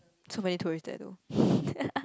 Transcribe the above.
so many tourists there though